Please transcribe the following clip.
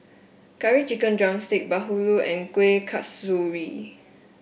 Curry Chicken drumstick bahulu and Kuih Kasturi